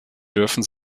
dürfen